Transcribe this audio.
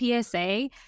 PSA